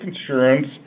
insurance